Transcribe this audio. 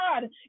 God